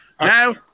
now